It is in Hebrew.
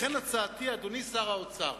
לכן הצעתי, אדוני שר האוצר,